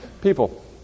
People